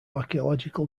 archaeological